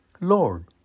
Lord